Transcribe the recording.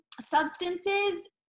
substances